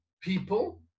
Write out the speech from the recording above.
people